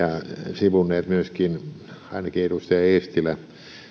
sivunneet myöskin ainakin edustaja eestilä